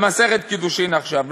במסכת קידושין עכשיו.